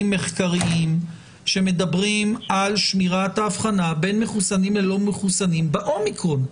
מחקריים שמדברים על שמירת ההבחנה בין מחוסנים ללא מחוסנים ב-אומיקרון.